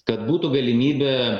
kad būtų galimybė